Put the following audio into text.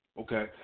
Okay